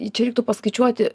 čia reiktų paskaičiuoti